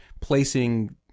placing